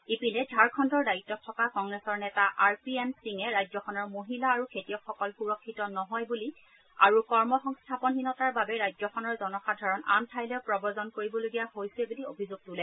ইপিনে ঝাৰখণ্ডৰ দায়িত্ত থকা কংগ্ৰেছৰ নেতা আৰপিএন সিঙে ৰাজ্যখনৰ মহিলা আৰু খেতিয়কসকল সুৰক্ষিত নহয় বুলি আৰু কৰ্মসংস্থাপনহীনতাৰ বাবে ৰাজ্যখনৰ জনসাধাৰণ আন ঠাইলৈ প্ৰৱজন কৰিবলগীয়া হৈছে বুলি অভিযোগ তোলে